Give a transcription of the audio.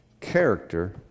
Character